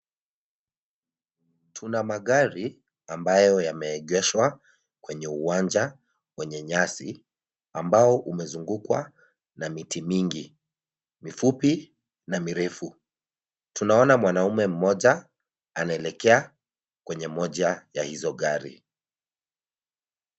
Tuna magari ambayo yameegeshwa kwenye uwanja wenye nyasi, ambao umezungukwa na miti mingi; mifupi na mirefu. Tunaona mwanaume mmoja anaelekea kwenye moja wa hizo gari.